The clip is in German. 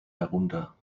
herunter